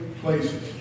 places